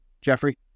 Jeffrey